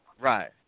Right